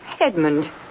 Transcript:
Edmund